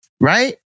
right